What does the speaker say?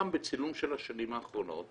גם בצילום של השנים האחרונות,